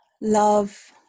love